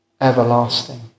everlasting